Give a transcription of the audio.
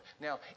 Now